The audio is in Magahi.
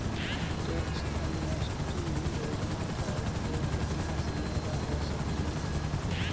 टैक्स एमनेस्टी योजना का उपयोग केतना समयला हो सकलई हे